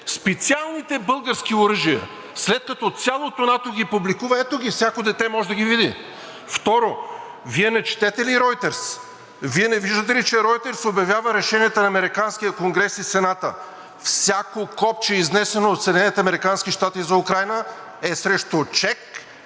специалните български оръжия, след като цялото НАТО ги публикува? Ето, всяко дете може да ги види! Второ, Вие не четете ли „Ройтерс“? Вие не виждате ли, че „Ройтерс“ обявява решенията на американския Конгрес и Сената? Всяко копче, изнесено от Съединените американски